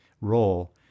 role